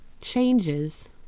changes